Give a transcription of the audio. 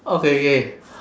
okay K